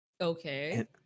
Okay